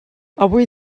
avui